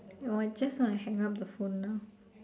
I want just want to hang up the phone now